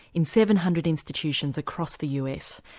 in seven hundred institutions across the us.